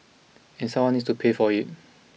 and someone needs to pay for it